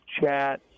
chat